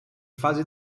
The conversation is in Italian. fase